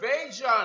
Invasion